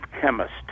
chemist